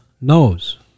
knows